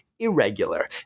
Irregular